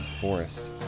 forest